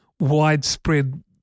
widespread